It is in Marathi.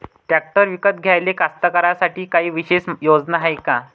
ट्रॅक्टर विकत घ्याले कास्तकाराइसाठी कायी विशेष योजना हाय का?